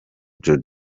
jojo